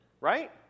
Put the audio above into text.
Right